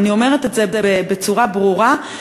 אני אומרת את זה בצורה ברורה,